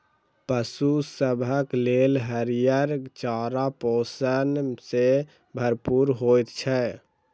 पशु सभक लेल हरियर चारा पोषण सॅ भरपूर होइत छै